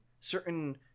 certain